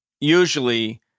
usually